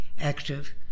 active